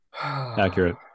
Accurate